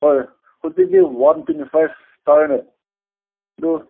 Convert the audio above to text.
ꯍꯣꯏ ꯍꯧꯖꯤꯛꯇꯤ one twenty ꯐꯥꯏꯕ ꯇꯥꯏꯌꯦꯅꯦ ꯑꯗꯨ